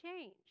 change